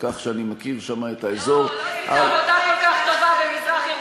כך שאני מכיר שם את האזור -- לא עשית עבודה כל כך טובה במזרח-ירושלים.